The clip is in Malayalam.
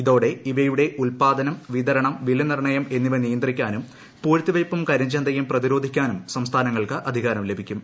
ഇതോടെ ഇവയും ഉല്പാദനം വിതരണം വിലനിർണയം എന്നിവ നിയന്ത്രിക്കാനും പൂഴ്ത്തിവയ്പും കരിഞ്ചന്തയും പ്രതിരോധിക്കാനും സംസ്ഥാനങ്ങൾക്ക് അധികാരം ലഭിക്കും